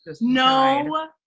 No